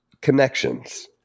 Connections